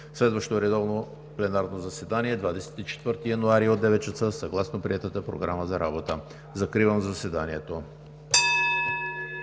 Следващо редовно пленарно заседание на 24 януари от 9,00 ч. съгласно приетата Програма за работа. Закривам заседанието.